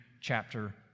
chapter